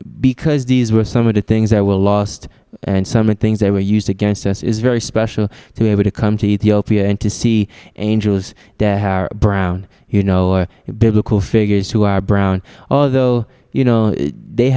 because these were some of the things that were lost and some of things they were used against us is very special to be able to come to ethiopia and to see angels they're brown you know or biblical figures who are brown although you know they